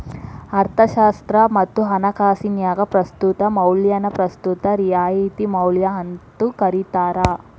ಅರ್ಥಶಾಸ್ತ್ರ ಮತ್ತ ಹಣಕಾಸಿನ್ಯಾಗ ಪ್ರಸ್ತುತ ಮೌಲ್ಯನ ಪ್ರಸ್ತುತ ರಿಯಾಯಿತಿ ಮೌಲ್ಯ ಅಂತೂ ಕರಿತಾರ